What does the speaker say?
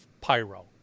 pyro